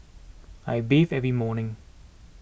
I bathe every morning